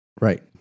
Right